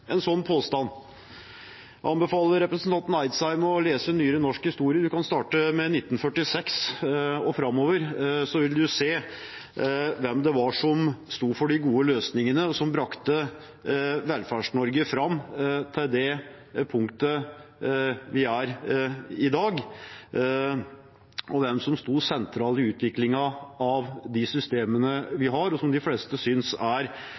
en sånn påstand. Jeg anbefaler representanten Eidsheim å lese nyere norsk historie, hun kan starte med 1946 og framover, så vil hun se hvem det var som sto for de gode løsningene som brakte Velferds-Norge fram til det punktet der vi er i dag – hvem som sto sentralt i utviklingene av de systemene vi har, og som de fleste synes er